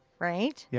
right? yeah